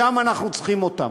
שם אנחנו צריכים אותם.